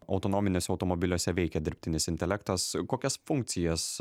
autonominiuose automobiliuose veikia dirbtinis intelektas kokias funkcijas